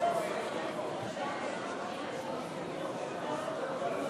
יושב-ראש ועדת הכנסת חבר הכנסת דוד